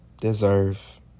deserve